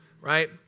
right